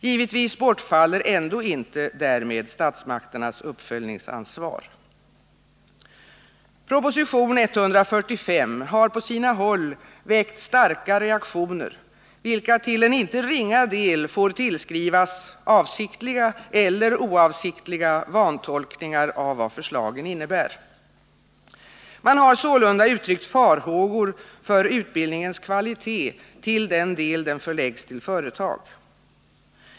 Givetvis bortfaller inte därmed statsmakternas uppföljningsansvar. Proposition 145 har på sina håll väckt starka reaktioner, vilka till en icke ringa del får tillskrivas avsiktliga eller oavsiktliga vantolkningar av vad förslagen innebär. Man har sålunda uttryckt farhågor för utbildningens kvalitet när det gäller den del som förläggs till företag.